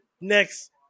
next